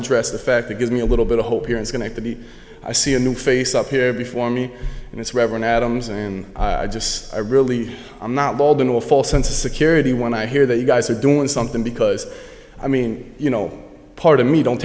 address the fact that gives me a little bit of hope here is going to be i see a new face up here before me and it's reverend adams and i just i really i'm not bowled into a false sense of security when i hear that you guys are doing something because i mean you no part of me don't